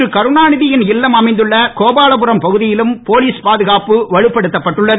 திரு கருணாநிதியின் இல்லம் அமைந்துள்ள கோபாலபுரம் பகுதியிலும் போலீஸ் பாதுகாப்பு வலுப்படுத்தப்பட்டுள்ளது